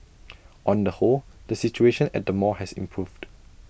on the whole the situation at the mall has improved